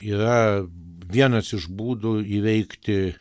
yra vienas iš būdų įveikti